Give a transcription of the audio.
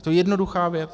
To je jednoduchá věc.